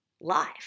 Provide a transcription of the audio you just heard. life